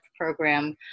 program